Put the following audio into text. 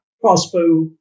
crossbow